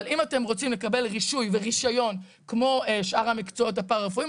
אבל אם אתם רוצים לקבל רישוי ורישיון כמו שאר המקצועות הפרא-רפואיים,